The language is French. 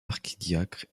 archidiacre